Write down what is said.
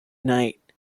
night